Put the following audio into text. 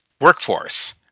workforce